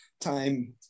time